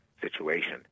situation